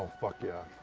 fuck, yeah.